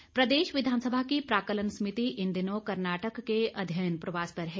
समिति प्रदेश विधानसभा की प्राक्कलन समिति इन दिनों कर्नाटक के अध्ययन प्रवास पर है